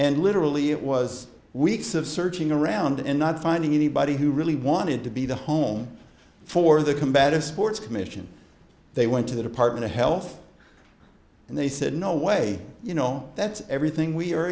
and literally it was weeks of searching around and not finding anybody who really wanted to be the home for the combative sports commission they went to the department of health and they said no way you know that's everything we